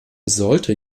sollte